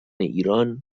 ایران